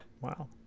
wow